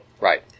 right